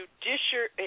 judiciary